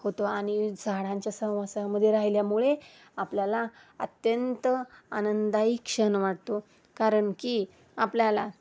होतो आणि झाडांच्या सहवासामध्ये राहिल्यामुळे आपल्याला अत्यंत आनंदायिक क्षण वाटतो कारण की आपल्याला